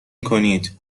کنید